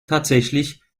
tatsächlich